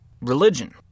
religion